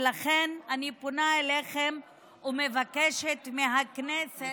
ולכן אני פונה אליכם ומבקשת מהכנסת,